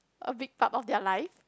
a big part of their life